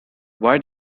why